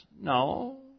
No